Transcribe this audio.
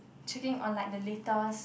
check in on like the latest